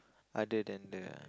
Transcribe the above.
other than the